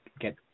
get